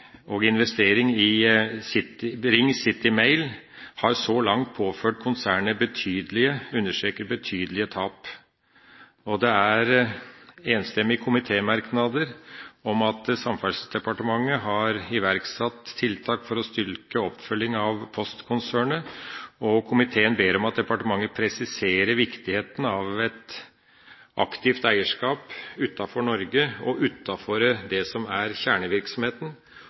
i Bring Citymail har så langt påført konsernet betydelige – jeg understreker betydelige – tap. En enstemmig komitémerknad viser til at Samferdselsdepartementet har iverksatt tiltak for å styrke oppfølginga av Posten-konsernet. Komiteen ber om at departementet presiserer viktigheten av at aktiviteter utenfor Norge eller utenfor det som er Postens kjernevirksomhet, styrker kjernevirksomheten